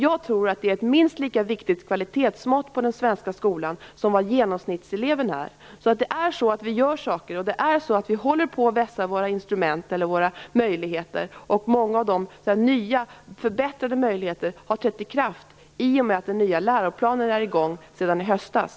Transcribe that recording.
Jag tror att detta är ett minst lika viktigt kvalitetsmått på den svenska skolan som vad genomsnittseleven är. Vi gör alltså saker, och vi håller på att vässa våra möjligheter. Många av de nya, förbättrade möjligheterna har trätt i kraft i och med att den nya läroplanen är i gång sedan i höstas.